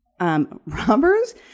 Robbers